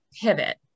pivot